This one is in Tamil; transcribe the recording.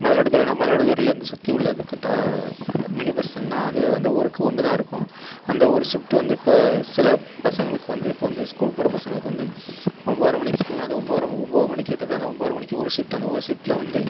மயிலாடுதுறைனா மயிலாடுதுறைலேருந்து சுற்றி உள்ளது கிட்டே மினி பஸ்ஸுன்னா அது அந்த ஊருக்கு ஒன்று தான் இருக்கும் அந்த ஒரு ஷிஃப்ட்டு வந்து இப்போ சில பசங்களுக்கு வந்து இப்போ வந்து ஸ்கூல் போகிற பசங்களுக்கு வந்து ஒம்போதரை மணிக்கு ஸ்கூலுனா அது ஒம்போதரை ஒம்போது மணிக்கிட்டே தான் அந்த ஒம்போதரை மணிக்கு ஒரு ஷிஃப்ட்டு அந்த ஒரு ஷிப்ட்டில் வந்து